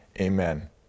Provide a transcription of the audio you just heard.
Amen